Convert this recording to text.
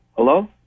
hello